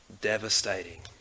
devastating